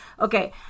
Okay